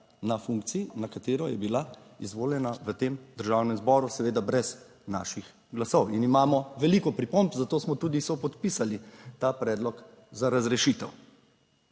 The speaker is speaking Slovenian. na funkciji na katero je bila izvoljena v tem Državnem zboru, seveda brez naših glasov in imamo veliko pripomb, zato smo tudi sopodpisali ta predlog za razrešitev.